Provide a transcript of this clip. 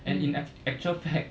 and in an actual fact